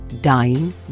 dying